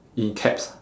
in caps